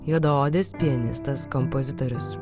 juodaodis pianistas kompozitorius